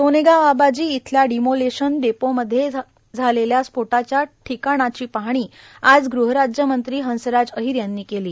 सोनेगाव आबाजी इथल्या demolition depot मध्ये झालेल्या स्फोटाच्या ठिकाणाचे पाहणी आज ग़हराज्य मंत्री हंसराज अहिर यांनी केली